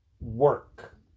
work